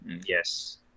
yes